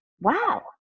wow